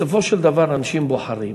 בסופו של דבר אנשים בוחרים,